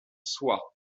soie